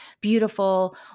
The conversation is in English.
beautiful